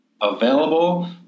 available